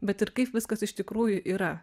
bet ir kaip viskas iš tikrųjų yra